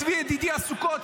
צבי ידידיה סוכות,